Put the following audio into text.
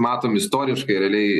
matom istoriškai realiai